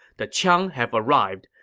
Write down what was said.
the qiang have arrived.